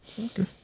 okay